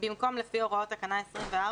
במקום "לפי הוראות תקנה 24",